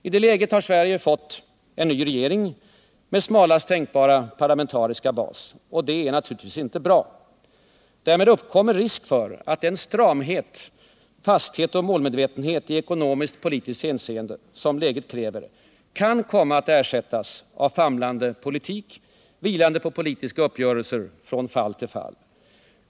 I det läget har Sverige fått en ny regering med smalaste tänkbara parlamentariska bas, och det är naturligtvis inte bra. Därmed uppkommer risk för att den stramhet, fasthet och målmedvetenhet i ekonomisk-politiskt hänseende som läget kräver kan komma att ersättas av en famlande politik vilande på politiska uppgörelser från fall till fall.